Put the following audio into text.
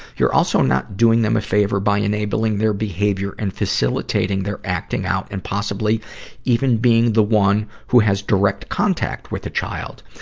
you're also not doing them a favor by enabling their behavior and facilitating their acting out and possibly even being the one who has direct contact with a child.